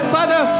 Father